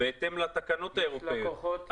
בהתאם לתקנות האירופאיות.